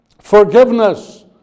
Forgiveness